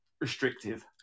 restrictive